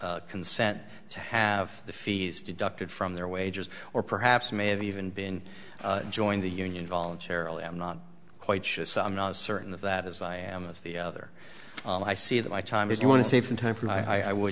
of consent to have the fees deducted from their wages or perhaps may have even been joined the union voluntarily i'm not quite sure so i'm not certain of that as i am of the other i see that my time is you want to save some time for my i would